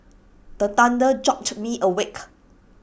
the thunder jolt me awake